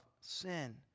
sin